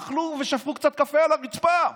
אכלו ושפכו קצת קפה על הרצפה,